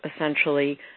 essentially